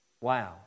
Wow